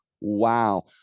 wow